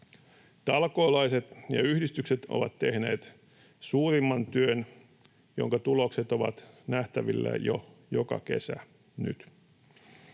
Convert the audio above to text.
Talkoolaiset ja yhdistykset ovat tehneet suurimman työn, jonka tulokset ovat nähtävillä joka kesä jo nyt.